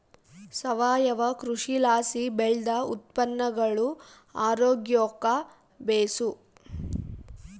ಸಾವಯವ ಕೃಷಿಲಾಸಿ ಬೆಳ್ದ ಉತ್ಪನ್ನಗುಳು ಆರೋಗ್ಯುಕ್ಕ ಬೇಸು